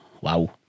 wow